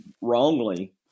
wrongly